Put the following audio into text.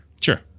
Sure